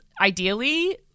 ideally –